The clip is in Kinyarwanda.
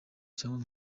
cyangwa